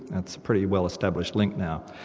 that's a pretty well established link now.